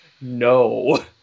no